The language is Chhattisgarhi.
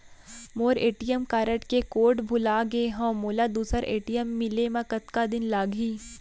मोर ए.टी.एम कारड के कोड भुला गे हव, मोला दूसर ए.टी.एम मिले म कतका दिन लागही?